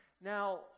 Now